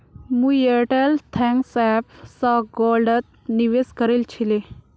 मुई Airtel thanks app स गोल्डत निवेश करील छिले